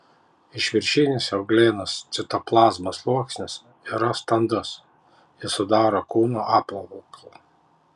išviršinis euglenos citoplazmos sluoksnis yra standus jis sudaro kūno apvalkalą